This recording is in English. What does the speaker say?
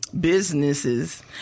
businesses